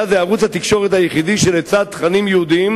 היה זה ערוץ התקשורת היחידי שלצד תכנים יהודיים,